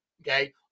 okay